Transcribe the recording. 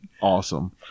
awesome